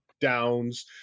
downs